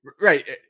Right